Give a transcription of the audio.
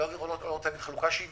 אני לא רוצה להגיד חלוקה שוויונית,